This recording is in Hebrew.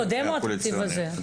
בתקציב הקודם או בתקציב הזה?